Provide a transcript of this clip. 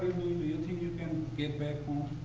you you think you can get back home?